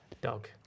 dog